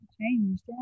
changed